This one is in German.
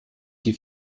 die